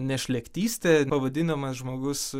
nešlėktystė pavadinamas žmogus